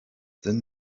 then